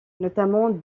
notamment